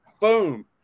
Boom